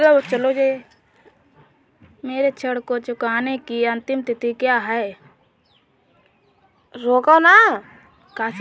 मेरे ऋण को चुकाने की अंतिम तिथि क्या है?